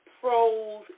pros